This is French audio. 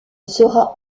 sera